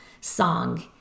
song